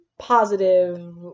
positive